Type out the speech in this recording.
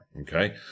okay